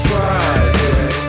Friday